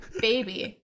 baby